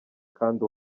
kandi